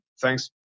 thanks